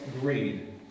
greed